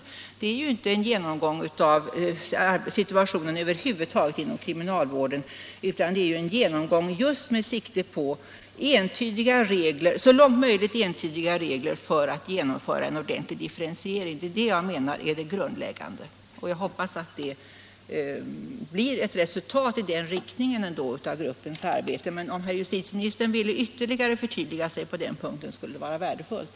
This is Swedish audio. Vad jag anser vara det grundläggande såvitt avser de av mig ställda frågorna är inte en genomgång av situationen över huvud taget inom kriminalvården utan en genomgång med sikte på så långt möjligt entydiga regler för att genomföra en ordentlig differentiering. Jag hoppas att det blir ett resultat i den riktningen av gruppens arbete. Men om herr justitieministern ville ytterligare förtydliga sig på den punkten skulle det vara värdefullt.